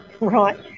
right